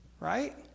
Right